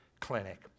clinic